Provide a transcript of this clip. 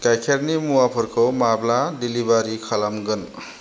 गाइखेरनि मुवाफोरखौ माब्ला डेलिभारि खालामगोन